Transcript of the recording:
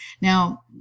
Now